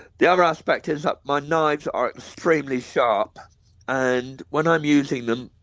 the other aspect is that my knives are extremely sharp and when i'm using them,